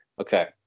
Okay